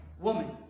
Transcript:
woman